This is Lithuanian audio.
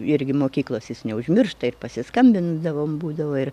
irgi mokyklos jis neužmiršta ir pasiskambindavom būdavo ir